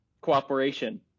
cooperation